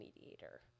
Mediator